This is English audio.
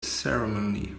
ceremony